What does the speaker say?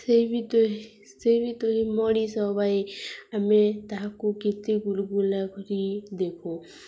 ସେଇ ଭିତରେ ସେଇ ଭିତରେ ମଣିଷ ଭାଇ ଆମେ ତାହାକୁ କେତେ ଗୁଲଗୁଲା କରି ଦେଖୁ